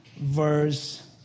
verse